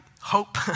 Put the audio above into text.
hope